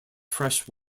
fresh